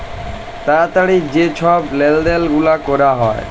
তাড়াতাড়ি যে ছব লেলদেল গুলা ক্যরা হ্যয়